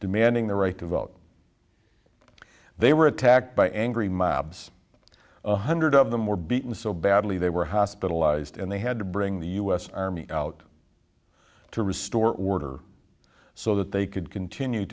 demanding the right to vote they were attacked by angry mobs one hundred of them were beaten so badly they were hospitalized and they had to bring the u s army out to restore order so that they could continue